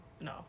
no